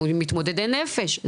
מתמודדי נפש.